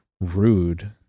rude